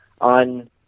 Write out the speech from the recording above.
on